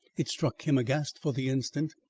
it struck him aghast for the instant,